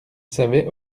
savait